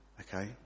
Okay